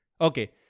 Okay